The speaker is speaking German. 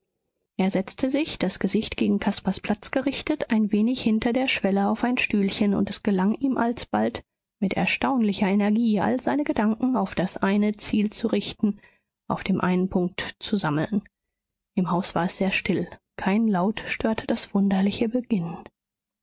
er setzte sich das gesicht gegen caspars platz gerichtet ein wenig hinter der schwelle auf ein stühlchen und es gelang ihm alsbald mit erstaunlicher energie all seine gedanken auf das eine ziel zu richten auf dem einen punkt zu sammeln im haus war es sehr still kein laut störte das wunderliche beginnen